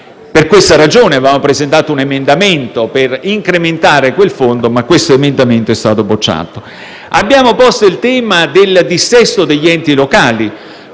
Per questa ragione, avevamo presentato un emendamento per incrementare quel fondo, ma questo emendamento è stato bocciato. Abbiamo posto il tema del dissesto degli enti locali: